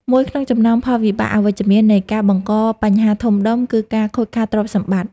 មួយក្នុងចំណោមផលវិបាកអវិជ្ជមាននៃការបង្កបញ្ហាធំដុំ គឺការខូចខាតទ្រព្យសម្បត្តិ។